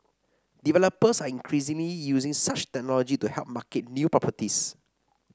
developers are increasingly using such technology to help market new properties